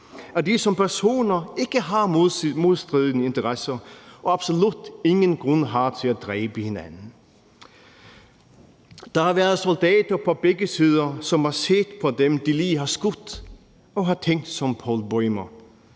at de som personer ikke har modstridende interesser og absolut ingen grund har til at dræbe hinanden. Der har været soldater på begge sider, som har set på dem, de lige har skudt, og har tænkt som Paul Bäumer: